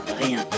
rien